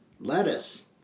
Lettuce